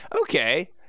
Okay